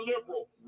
liberal